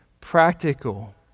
practical